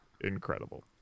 Incredible